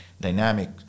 dynamic